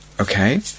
Okay